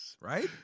Right